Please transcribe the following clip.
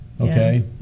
okay